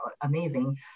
amazing